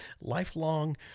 lifelong